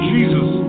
Jesus